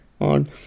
on